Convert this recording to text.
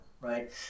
right